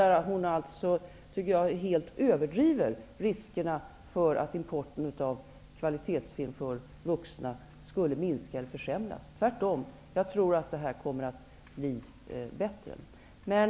Jag tycker att hon överdriver riskerna för att importen av kvalitetsfilm för vuxna skulle minska eller försämras. Jag tror tvärtom att det kommer att bli bättre.